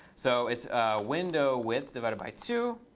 so it's window width divided by two.